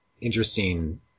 interesting